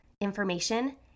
information